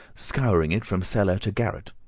scouring it from cellar to garret.